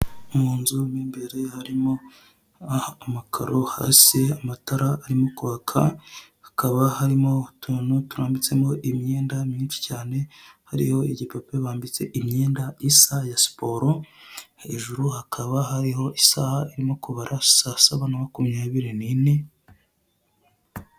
Munzu mo imbere harimo amakaro hasi amatara arimo kwaka hakaba harimo utuntu turambitsemo imyenda mwinshi cyane hariho igipupe bambitse imyenda isa ya siporo hejuru hakaba hariho isaha irimo kubara saa saba na makumyabiri nine.